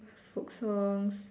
folk songs